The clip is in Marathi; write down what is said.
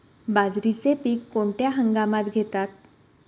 बाजरीचे पीक कोणत्या हंगामात घेतात?